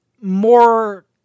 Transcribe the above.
more